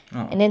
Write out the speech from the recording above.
oh